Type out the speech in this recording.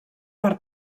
per